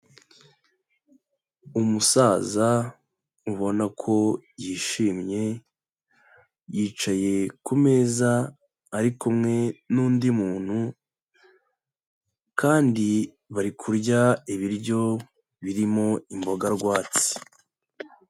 Umusaza ubona ko yishimye, yicaye ku meza ari kumwe n'undi muntu, kandi bari kurya ibiryo birimo imboga rwatsi.